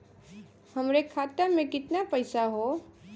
हमरे खाता में कितना पईसा हौ?